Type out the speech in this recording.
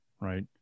right